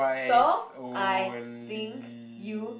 so I think you